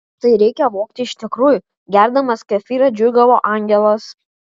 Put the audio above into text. tai reikia vogti iš tikrųjų gerdamas kefyrą džiūgavo angelas